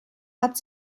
hat